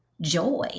joy